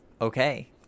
Okay